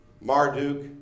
Marduk